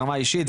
ברמה האישית,